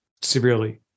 severely